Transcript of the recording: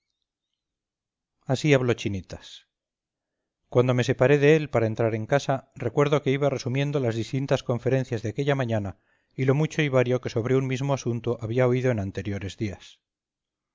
así habló chinitas cuando me separé de él para entrar en casa recuerdo que iba resumiendo las distintas conferencias de aquella mañana y lo mucho y vario que sobre un mismo asunto había oído en anteriores días